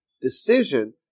decision